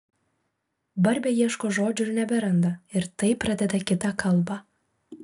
barbė ieško žodžių ir neberanda ir taip pradeda kitą kalbą